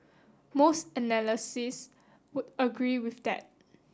most analysts would agree with that